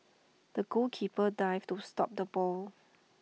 the goalkeeper dived to stop the ball